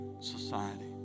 society